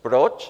Proč?